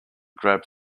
grabbed